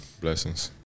Blessings